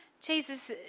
Jesus